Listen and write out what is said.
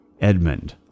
Edmund